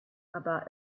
about